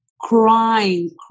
crying